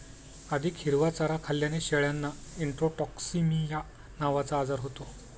अधिक हिरवा चारा खाल्ल्याने शेळ्यांना इंट्रोटॉक्सिमिया नावाचा आजार होतो